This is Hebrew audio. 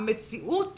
המציאות